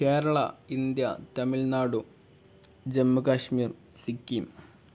Keralam India Tamil Nadu Jammu Kashmir Sikkim